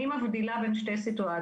אני מבדילה בין שתי סיטואציות,